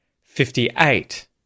fifty-eight